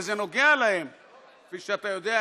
וזה נוגע להם כפי שאתה יודע,